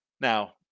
Now